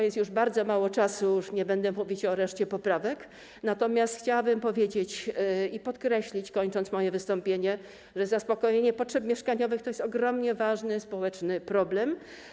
Jest już bardzo mało czasu, nie będę już mówić o reszcie poprawek, natomiast chciałabym powiedzieć i podkreślić, kończąc moje wystąpienie, że zaspokojenie potrzeb mieszkaniowych to jest ogromnie ważny społeczny problem.